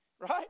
right